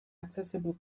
accessible